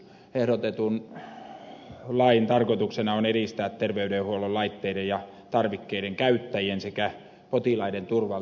ehdotetun lain tarkoituksena on edistää terveydenhuollon laitteiden ja tarvikkeiden käyttäjien sekä potilaiden turvallisuutta